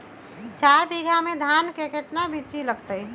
चार बीघा में धन के कर्टन बिच्ची लगतै?